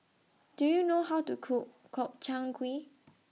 Do YOU know How to Cook Gobchang Gui